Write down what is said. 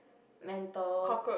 mental